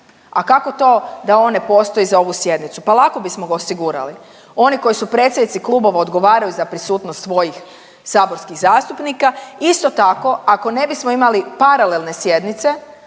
a kako to da on ne postoji za ovu sjednicu, pa lako bismo ga osigurali. Oni koji su predsjednici klubova odgovaraju za prisutnost svojih saborskih zastupnika, isto tako ako ne bismo imali paralelne sjednice